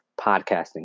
podcasting